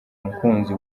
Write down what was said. mukunzi